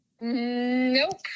nope